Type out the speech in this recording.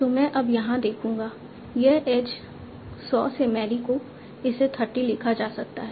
तो मैं अब यहाँ देखूंगा यह एज सॉ से मैरी को इसे 30 लिखा जा सकता है